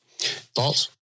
Thoughts